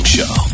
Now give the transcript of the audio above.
Show